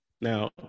Now